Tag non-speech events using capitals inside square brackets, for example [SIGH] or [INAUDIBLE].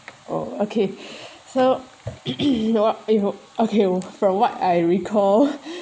oh okay [BREATH] so [NOISE] you know what if okay from what I recall